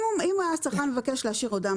אם הצרכן מבקש להשאיר הודעה,